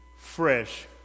Fresh